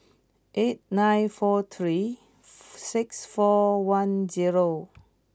eight nine four three six four one zero